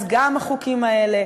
אז גם החוקים האלה,